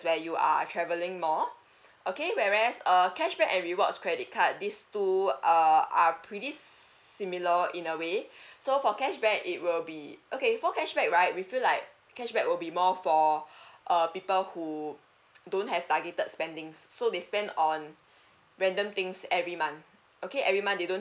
where you are traveling more okay whereas err cashback and rewards credit card this two err are pretty similar in a way so for cashback it will be okay for cashback right we feel like cashback will be more for err people who don't have targeted spending's so they spend on random things every month okay every month they don't